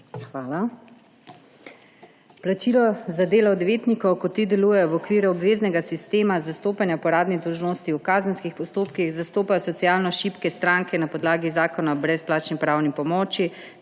Hvala. Plačilo za delo odvetnikov, ko ti delujejo v okviru obveznega sistema zastopanja po uradni dolžnosti v kazenskih postopkih, zastopajo socialno šibke stranke na podlagi Zakona o brezplačni pravni pomoči